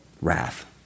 wrath